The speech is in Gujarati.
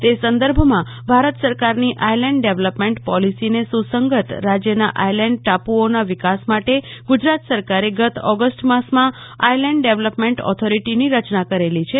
તે સંદર્ભમમાં ભારત સરકારની આથલેન્ડ ડેવલપમેન્ટ પોલીસીને સુ સંગત રાજ્યના ટાપુઓના વિકાસ માટે ગુ જરાત સરકારે ગત ઓગષ્ટ માસમાં આયલેન્ડ ડેવલપમેન્ટ ઓથોરિટીની રચના કરેલી છે